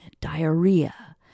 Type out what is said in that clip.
diarrhea